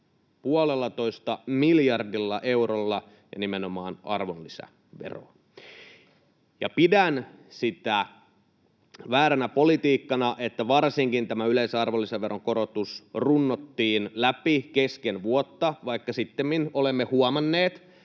puolellatoista miljardilla eurolla ja nimenomaan arvonlisäveroon. Pidän sitä vääränä politiikkana, että varsinkin tämän yleisen arvonlisäveron korotus runnottiin läpi kesken vuotta, vaikka sittemmin olemme huomanneet,